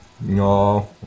no